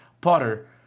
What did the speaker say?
Potter